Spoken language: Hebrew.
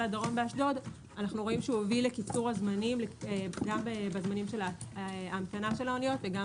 הדרום באשדוד הביא לקיצור הזמנים גם בזמני ההמתנה של האוניות וגם